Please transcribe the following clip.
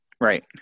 Right